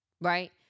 right